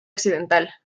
occidental